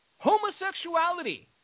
Homosexuality